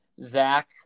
Zach